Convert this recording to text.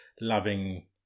loving